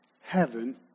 heaven